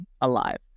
alive